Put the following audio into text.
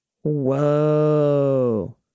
Whoa